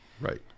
right